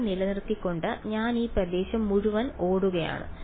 സ്ഥിരത നിലനിർത്തിക്കൊണ്ട് ഞാൻ ഈ പ്രദേശം മുഴുവൻ ഓടുകയാണ്